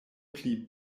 pli